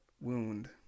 wound